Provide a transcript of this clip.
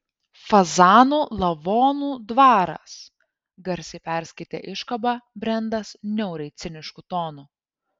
fazanų lavonų dvaras garsiai perskaitė iškabą brendas niauriai cinišku tonu